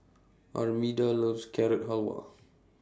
Armida loves Carrot Halwa